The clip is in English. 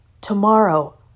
tomorrow